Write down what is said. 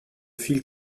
fil